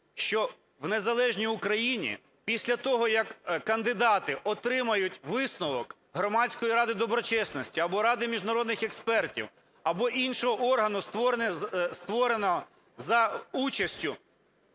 що в незалежній Україні після того, як кандидати отримають висновок Громадської ради доброчесності або Ради міжнародних експертів, або іншого органу, створеного за участю